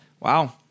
Wow